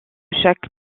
chaque